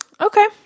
okay